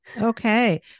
Okay